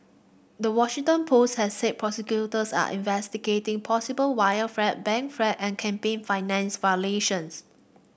the Washington Post has said prosecutors are investigating possible wire fraud bank fraud and campaign finance violations